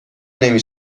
نمی